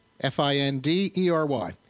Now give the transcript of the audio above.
F-I-N-D-E-R-Y